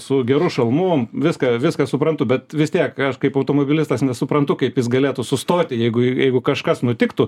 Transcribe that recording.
su geru šalmu viską viską suprantu bet vis tiek aš kaip automobilistas nesuprantu kaip jis galėtų sustoti jeigu jeigu kažkas nutiktų